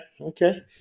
okay